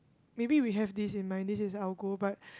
maybe we have this in mind this is our goal but